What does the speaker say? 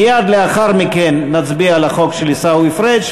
מייד לאחר מכן נצביע על החוק של עיסאווי פריג',